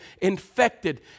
infected